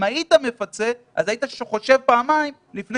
אם היית מפצה היית חושב פעמיים לפני